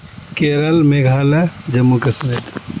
Kerala Meghalaya Jammu Kashmir